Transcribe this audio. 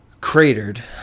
cratered